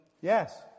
Yes